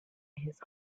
his